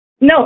No